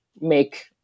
make